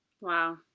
wow